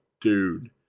dude